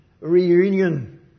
Reunion